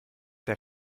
der